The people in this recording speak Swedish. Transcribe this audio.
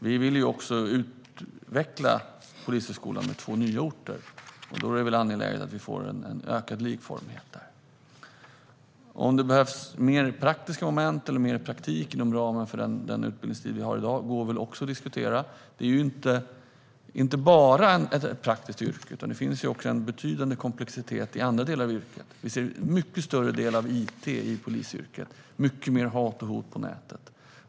Vi vill också utvidga Polishögskolan med två nya orter, så därför är det angeläget att få en ökad likformighet. Om det behövs mer praktiska moment eller mer praktik inom ramen för dagens utbildningstid går också att diskutera. Det är inte bara ett praktiskt yrke, utan det finns också en betydande komplexitet i andra delar av yrket. Det ingår en mycket större del av it i polisyrket, mycket mera hat och hot på nätet.